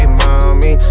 mommy